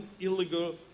illegal